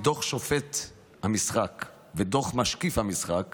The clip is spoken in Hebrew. מדוח שופט המשחק ודוח משקיף המשחק